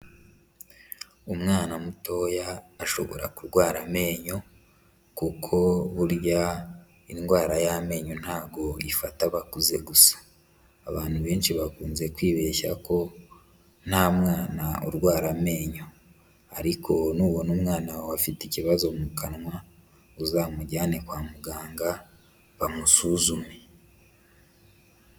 Umwana mutoya ashobora kurwara amenyo, kuko burya indwara y'amenyo ntago ifata abakuze gusa. Abantu benshi bakunze kwibeshya ko nta mwana urwara amenyo, ariko nubona umwana wawe afite ikibazo mu kanwa, uzamujyane kwa muganga bamusuzume.